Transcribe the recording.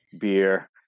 beer